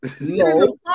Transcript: No